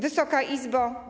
Wysoka Izbo!